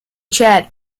chat